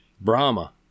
Brahma